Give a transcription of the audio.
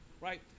right